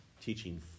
teaching